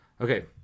Okay